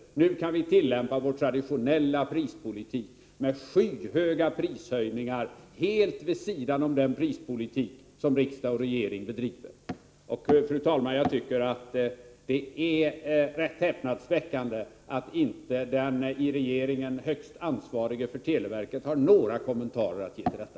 Nu kan vi tillämpa vår traditionella prispolitik med skyhöga prishöjningar helt vid sidan om den prispolitik som riksdag och regering bedriver. Fru talman! Jag tycker att det är rätt häpnadsväckande att den i regeringen högste ansvarige för televerket inte har några kommentarer till detta.